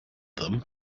them